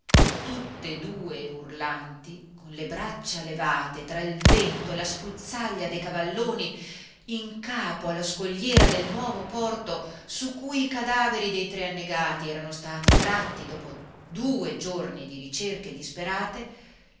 madre tutt'e due urlanti con le braccia levate tra il vento e la spruzzaglia dei cavalloni in capo alla scogliera del nuovo porto su cui i cadaveri dei tre annegati erano stati tratti dopo due giorni di ricerche disperate